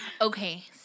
Okay